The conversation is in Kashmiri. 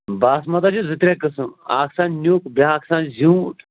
باسمَت حظ چھِ زٕ ترٛےٚ قٕسٕم اَکھ چھُ آسان نیُک بیٛاکھ چھُ آسان زیوٗٹھ